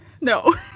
No